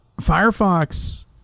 Firefox